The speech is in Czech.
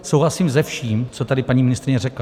Souhlasím se vším, co tady paní ministryně řekla.